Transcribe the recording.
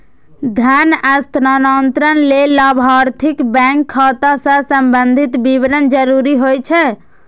धन हस्तांतरण लेल लाभार्थीक बैंक खाता सं संबंधी विवरण जरूरी होइ छै